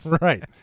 Right